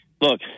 look